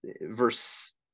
verse